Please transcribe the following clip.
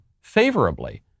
favorably